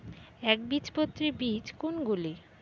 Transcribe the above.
একবীজপত্রী বীজ কোন গুলি?